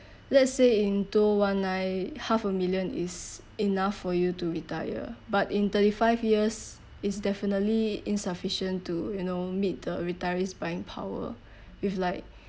let's say in two O one nine half a million is enough for you to retire but in thirty five years it's definitely insufficient to you know meet the retirees buying power with like